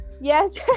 Yes